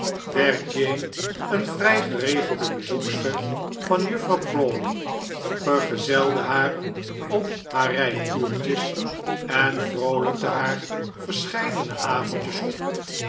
jane een vrij geregelde bezoekster van juffrouw crawley vergezelde haar op haar rijtoertjes en vroolijkte haar verscheidene avondjes op